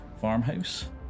farmhouse